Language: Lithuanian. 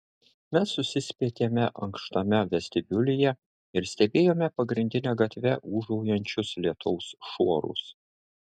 mes susispietėme ankštame vestibiulyje ir stebėjome pagrindine gatve ūžaujančius lietaus šuorus